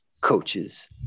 coaches